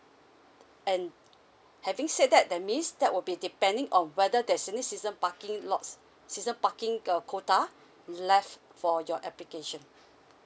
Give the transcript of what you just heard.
and having said that that means that will be depending on whether there's any season parking lots season parking uh quota left for your application